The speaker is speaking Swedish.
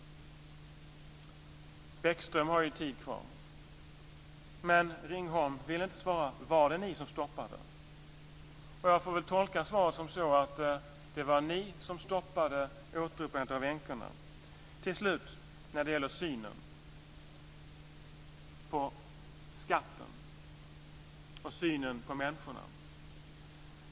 Bäckström har ju tid kvar. Ringholm vill inte svara på frågan: Var det ni som stoppade detta? Jag får väl tolka svaret så att det var ni som stoppade återupprättandet av änkorna. Till slut gäller det synen på skatten och synen på människorna.